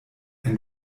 ein